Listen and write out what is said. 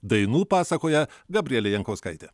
dainų pasakoja gabrielė jankauskaitė